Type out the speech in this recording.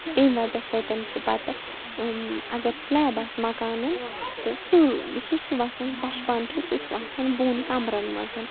تَمہِ وجہ سۭتۍ چھُ پتہٕ اگر سِلیب آسہِ مَکانَن تہٕ سُہ سُہ چھُ وَسان پَشپان چھُ سُہ چھُ وَسان بوٚن کَمرَن منٛز